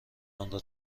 آنرا